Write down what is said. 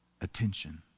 attention